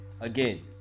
Again